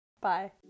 Bye